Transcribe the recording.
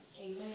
Amen